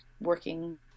working